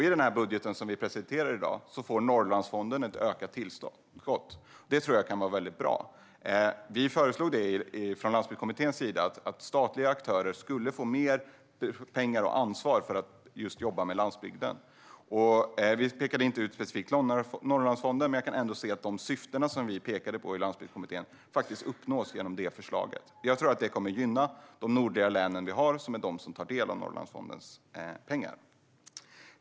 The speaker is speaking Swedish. I den budget som vi presenterar i dag får Norrlandsfonden ett ökat tillskott. Det tror jag kan vara mycket bra. Vi föreslog från Landsbygdskommitténs sida att statliga aktörer skulle få mer pengar och ansvar för att jobba just med landsbygden. Vi pekade inte specifikt ut Norrlandsfonden. Men jag kan ändå se att de syften som vi i Landsbygdskommittén pekade på faktiskt uppnås genom det förslaget. Jag tror att det kommer att gynna de nordliga länen, som tar del av Norrlandsfondens pengar.